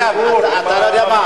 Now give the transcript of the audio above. אתה לא יודע מה.